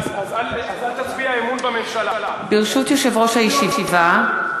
ברשות יושב-ראש הישיבה,